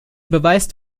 beweist